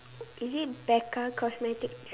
is it Becca cosmetics